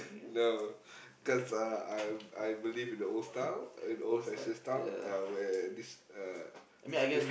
no cause uh I I believe in the old style an old fashion style uh where this uh this strict